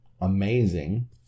amazing